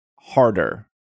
harder